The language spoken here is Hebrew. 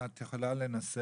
את יכולה לנסח,